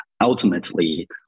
Ultimately